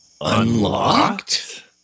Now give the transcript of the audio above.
Unlocked